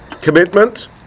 commitment